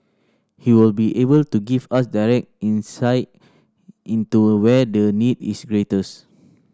he will be able to give us direct insight into where the need is greatest